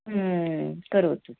करोतु